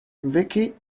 vicky